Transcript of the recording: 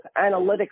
analytics